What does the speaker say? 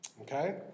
okay